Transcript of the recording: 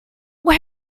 are